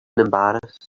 embarrassed